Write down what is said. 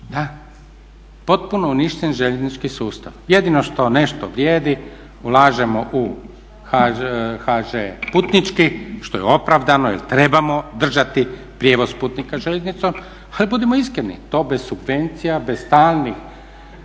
Potpuno uništen željeznički sustav. Jedino što nešto vrijedi ulažemo u HŽ putnički što je opravdano jer trebamo držati prijevoz putnika željeznicom, ali budimo iskreni to bez subvencija, bez stalnih